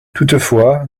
toutefois